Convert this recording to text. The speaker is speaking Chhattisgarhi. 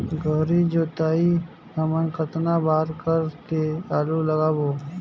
गहरी जोताई हमन कतना बार कर के आलू लगाबो?